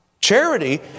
Charity